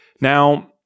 Now